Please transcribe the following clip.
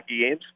games